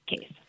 case